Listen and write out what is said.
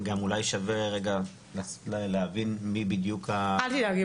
גם אולי שווה רגע להבין מי בדיוק ה- -- אל תדאג,